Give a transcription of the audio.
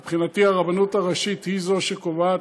מבחינתי, הרבנות הראשית היא שקובעת.